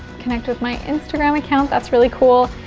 connect with my instagram account, that's really cool.